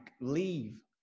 leave